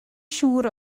siŵr